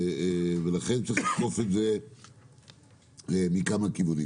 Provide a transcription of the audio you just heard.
ולכן צריך לתקוף את זה מכמה כיוונים.